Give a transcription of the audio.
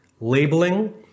labeling